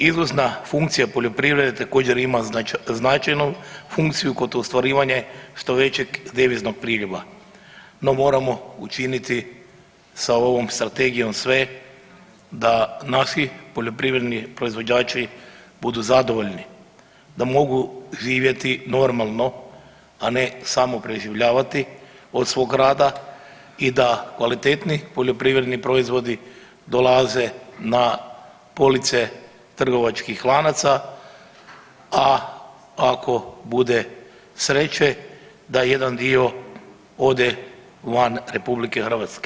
Izvozna funkcija poljoprivrede također ima značajnu funkciju kod ostvarivanje što većeg deviznog priljeva no moramo učiniti sa ovom strategijom sve da naši poljoprivredni proizvođači budu zadovoljni, da mogu živjeti normalno a ne samo preživljavati od svog i da kvalitetni poljoprivredni proizvodi dolaze na police trgovačkih lanaca, a ako bude sreće da jedan dio ode van RH.